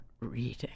reading